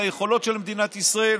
את היכולות של מדינת ישראל,